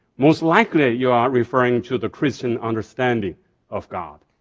most likely you are referring to the christian understanding of god.